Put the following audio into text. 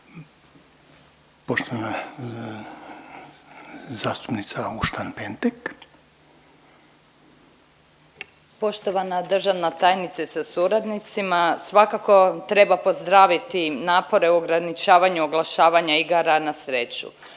Jasenka (SDP)** Poštovana državna tajnice sa suradnicima svakako treba pozdraviti napore u ograničavanju oglašavanja igara na sreću.